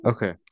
Okay